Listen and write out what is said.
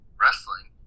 wrestling